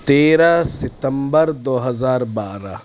تیرہ ستمبر دو ہزار بارہ